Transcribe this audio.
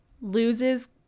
loses